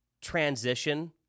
transition